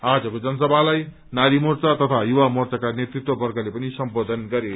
आजको जनसभालाई नारी मोर्चा तथा युवा मोर्चाका नेतृत्ववर्गले पनि सम्बोधन गरे